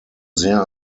sehr